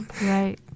Right